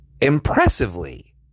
impressively